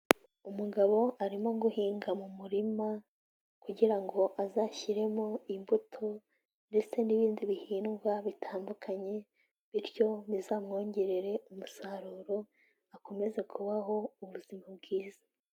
Umugabo arimo guhinga mu murima kugira ngo azashyiremo imbuto ndetse n'ibindi bihingwa bitandukanye, bityo bizamwongerere umusaruro akomeze kubaho ubuzima bwiza.